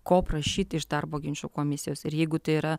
ko prašyti iš darbo ginčų komisijos ir jeigu tai yra